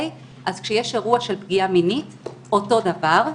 אותו דבר.